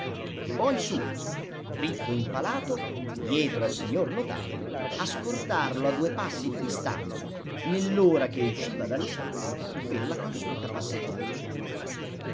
e poi su dritto impalato dietro al signor notajo a scortarlo a due passi di distanza nell'ora che usciva dallo studio per la consueta passeggiata